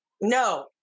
No